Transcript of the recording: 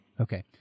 Okay